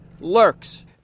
lurks